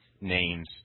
names